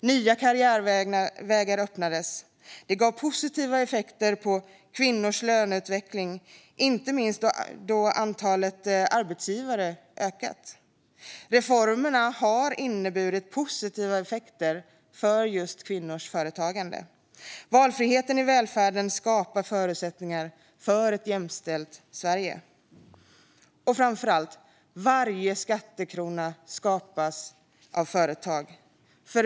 Nya karriärvägar öppnades. Det gav positiva effekter på kvinnors löneutveckling, inte minst då antalet arbetsgivare ökade. Reformerna har inneburit positiva effekter för kvinnors företagande. Valfriheten i välfärden skapar förutsättningar för ett jämställt Sverige. Och framför allt: Varje skattekrona skapas av företag.